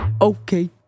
Okay